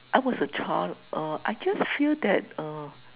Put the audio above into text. I was a child uh I just feel that uh